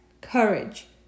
courage